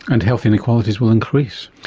and health inequalities will increase?